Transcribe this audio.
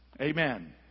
Amen